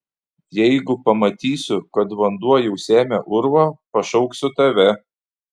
jeigu pamatysiu kad vanduo jau semia urvą pašauksiu tave